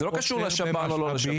זה לא קשור לשב"ן או לא לשב"ן.